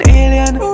alien